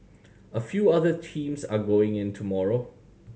a few other teams are going in tomorrow